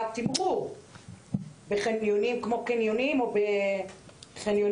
ותמרור בחניונים כמו בקניונים וכדו'.